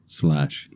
slash